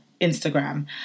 Instagram